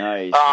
Nice